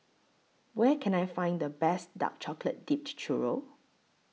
Where Can I Find The Best Dark Chocolate Dipped Churro